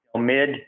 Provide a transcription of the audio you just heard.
mid